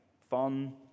fun